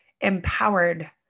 empowered